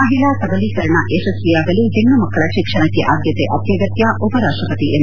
ಮಹಿಳಾ ಸಬಲೀಕರಣ ಯಶಸ್ವಿಯಾಗಲು ಹೆಣ್ಣುಮಕ್ಕಳ ಶಿಕ್ಷಣಕ್ಕೆ ಆದ್ಯತೆ ಅತ್ಯಗತ್ಯ ಉಪರಾಷ್ಟಪತಿ ಎಂ